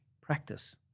practice